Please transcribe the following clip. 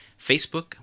Facebook